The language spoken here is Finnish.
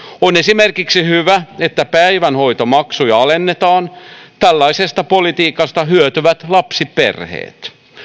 on esimerkiksi hyvä että päivähoitomaksuja alennetaan tällaisesta politiikasta hyötyvät lapsiperheet